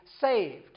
saved